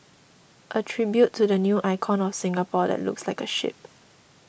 a tribute to the new icon of Singapore that looks like a ship